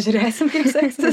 žiūrėsim kaip seksis